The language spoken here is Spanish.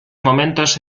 momentos